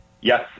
Yes